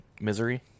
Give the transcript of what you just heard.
Misery